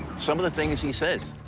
some of the things he says,